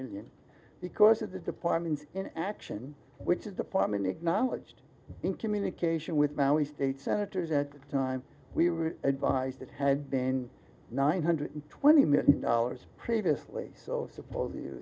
million because of the department in action which is department acknowledged in communication with maui state senators at the time we were advised it had been nine hundred twenty million dollars previously so suppose